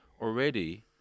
Already